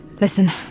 Listen